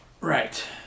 Right